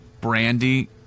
Brandy